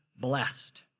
blessed